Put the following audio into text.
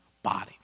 body